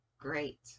Great